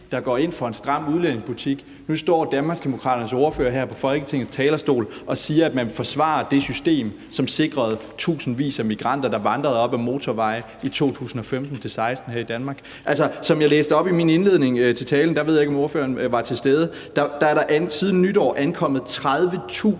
der går ind for en stram udlændingepolitik. Nu står Danmarksdemokraternes ordfører her på Folketingets talerstol og siger, at man vil forsvare det system, som sikrede, at tusindvis af migranter vandrede op ad motorvejene i 2015-2016 her i Danmark. Som jeg læste op i indledningen af min tale – der jeg ved ikke om ordføreren var til stede – er der siden nytår ankommet 30.000